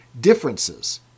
differences